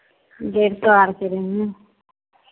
डेढ़ सए आरके रेंजमे